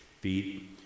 feet